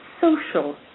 social